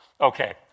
Okay